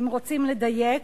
אם רוצים לדייק,